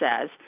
says